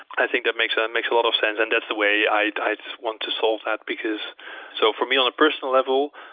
i think that makes that ah makes a lot of sense, and that's the way i'd i'd want to solve that, because so for me on a personal level,